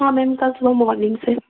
हाँ मैम कल सुबह मॉर्निंग से